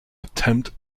attempt